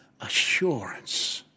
assurance